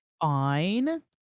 Fine